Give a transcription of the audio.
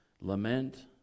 Lament